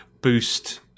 boost